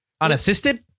Unassisted